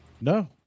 No